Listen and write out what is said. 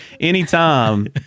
anytime